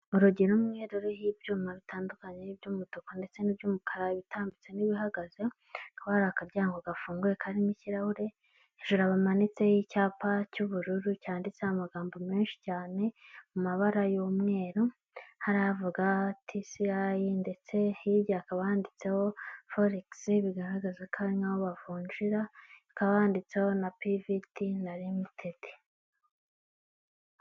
Urugi rumwe ruriho ibyuma bitandukanye by'umutuku ndetse ni by'umukara ,ibitambitse n'ibihagaze hakaba hari akaryango gafunguye karimo ikirahure , hejuru bamanitseho icyapa cy'ubururu cyanditseho amagambo menshi cyane mu mabara y'umweru harivuga tisiyayi ndetse hirya akaba handitseho foregisi (folex) bigaragaza ko ari nkaho bavunjira ikabanditseho na piviti (pvt) na rimitedi (limited).